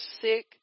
sick